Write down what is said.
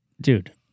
dude